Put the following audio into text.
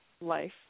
life